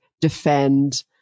defend